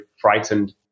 frightened